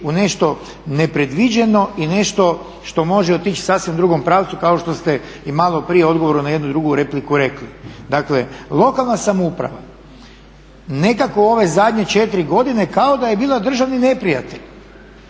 u nešto nepredviđeno i nešto što može otići u sasvim drugom pravcu kao što ste i maloprije u odgovoru na jednu drugu repliku rekli. Dakle, lokalna samouprava nekako ove zadnje 4 godine kao da je bila državni neprijatelj.